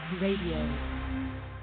Radio